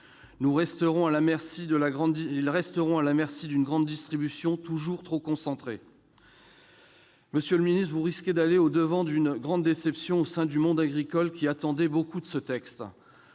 resteront à la merci de la grande distribution, toujours trop concentrée. Monsieur le ministre, vous risquez de susciter une grande déception au sein du monde agricole, qui attendait beaucoup de ce texte.